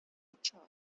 choice